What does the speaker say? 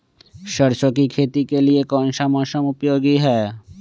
सरसो की खेती के लिए कौन सा मौसम उपयोगी है?